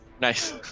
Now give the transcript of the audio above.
Nice